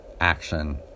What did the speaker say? action